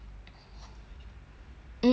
mm mm orh mm mm mm mm mm